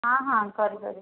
ହଁ ହଁ କରି ପାରିବି